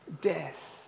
death